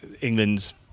England's